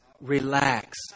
Relax